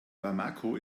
bamako